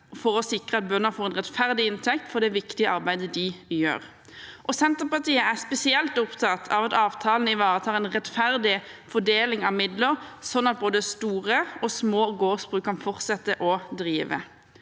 for å sikre at bøndene får en rettferdig inntekt for det viktige arbeidet de gjør. Senterpartiet er spesielt opptatt av at avtalen ivaretar en rettferdig fordeling av midler, slik at både store og små gårdsbruk kan fortsette å drive.